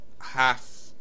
half